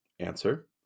Answer